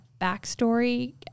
backstory